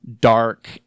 dark